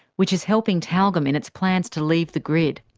which is helping tyalgum in its plans to leave the grid.